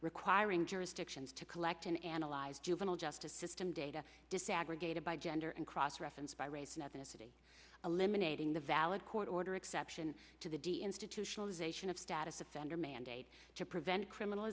requiring jurisdictions to collect and analyze juvenile justice system data disaggregated by gender and cross reference by race and ethnicity eliminating the valid court order exception to the d n c to show is a sion of status offender mandate to prevent criminal